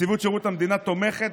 נציבות שירות המדינה תומכת,